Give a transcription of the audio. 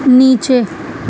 نیچے